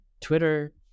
Twitter